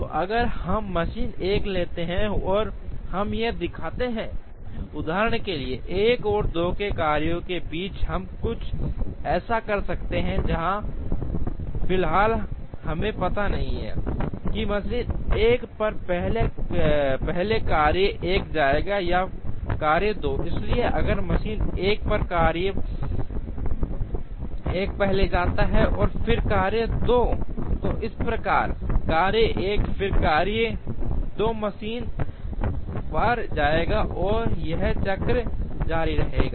तो अगर हम मशीन 1 लेते हैं और हम यह दिखाते हैं उदाहरण के लिए 1 और 2 के कार्यो के बीच हम कुछ ऐसा कर सकते हैं जहां फिलहाल हमें पता नहीं है कि मशीन 1 पर पहले कार्य 1 जायेगा या कार्य 2 इसलिए अगर मशीन 1 पर कार्य 1 पहले जाता है और फिर कार्य 2 तो इस प्रकार कार्य 1 फिर कार्य 2 मशीन 1 पर जायेगा और यह चक्र जारी रहेगा